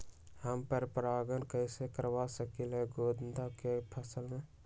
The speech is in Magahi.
हम पर पारगन कैसे करवा सकली ह गेंदा के फसल में?